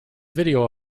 video